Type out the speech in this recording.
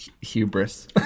hubris